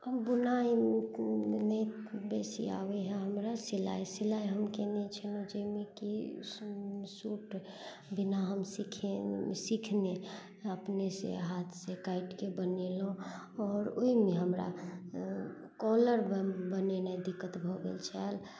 हम बुनाइ नहि बेसी आबै है हमरा सिलाइ सिलाइ हम कयने छलहुॅं जाहिमे कि सूट बिना हम सिखे सीखने अपने से हाथ से काटिके बनेलहुॅं आओर ओहिमे हमरा कॉलर बनेनाइ दिक्कत भऽ गेल छल